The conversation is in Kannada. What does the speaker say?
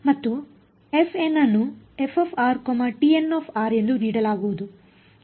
ಮತ್ತು fn ಅನ್ನು ftn ಎಂದು ನೀಡಲಾಗುವುದು